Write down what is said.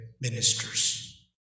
ministers